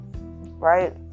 right